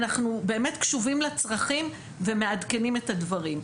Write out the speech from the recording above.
אנחנו באמת קשובים לצרכים ומעדכנים את הדברים,